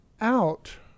out